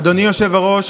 אדוני היושב-ראש,